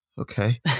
Okay